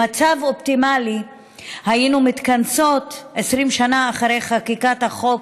במצב אופטימלי היינו מתכנסות 20 שנה אחרי חקיקת החוק